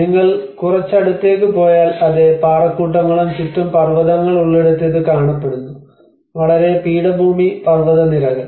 നിങ്ങൾ കുറച്ച് അടുത്തേക്ക് പോയാൽ അതേ പാറക്കൂട്ടങ്ങൾ ചുറ്റും പർവ്വതങ്ങൾ ഉള്ളിടത്ത് ഇത് കാണപ്പെടുന്നു വളരെ പീഠഭൂമി പർവതനിരകൾ